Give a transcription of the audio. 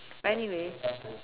but anyway